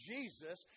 Jesus